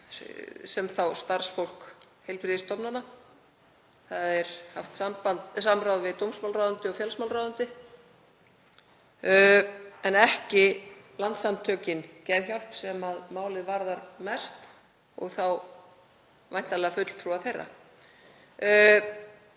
og starfsfólk heilbrigðisstofnana, það er haft samráð við dómsmálaráðuneytið og félagsmálaráðuneytið en ekki Landssamtökin Geðhjálp sem málið varðar mest — og þá væntanlega fulltrúa þeirra.